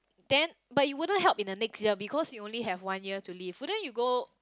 then but it wouldn't help in the next year because you only have one year to live wouldn't you go